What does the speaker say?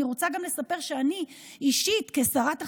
אני רוצה גם לספר שאני אישית, כשרת החדשנות,